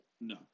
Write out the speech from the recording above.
No